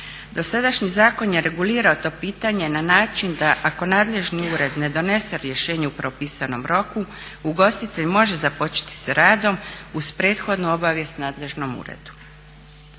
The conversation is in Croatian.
Dosadašnji zakon je regulirao to pitanje na način da ako nadležni ured ne donese rješenje u propisanom roku ugostitelj može započeti sa radom uz prethodnu obavijest nadležnom uredu.